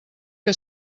que